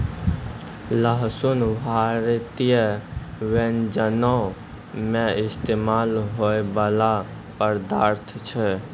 लहसुन भारतीय व्यंजनो मे इस्तेमाल होय बाला पदार्थ छै